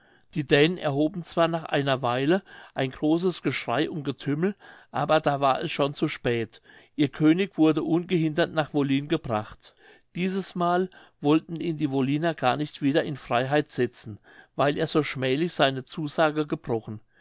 die dänen erhoben zwar nach einer weile ein großes geschrei und getümmel aber da war es schon zu spät ihr könig wurde ungehindert nach wollin gebracht diesesmal wollten ihn die wolliner gar nicht wieder in freiheit setzen weil er so schmählich seine zusage gebrochen